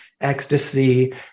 ecstasy